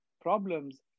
problems